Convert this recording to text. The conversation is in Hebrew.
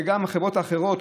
במצב שגם החברות האחרות,